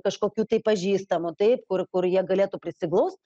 kažkokių tai pažįstamų taip kur kur jie galėtų prisiglaust